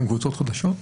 שהן קבוצות חדשות?